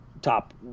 Top